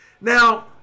Now